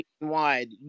nationwide